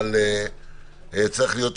אבל זה מה שצריך לעשות.